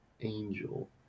Angel